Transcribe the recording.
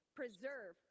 preserve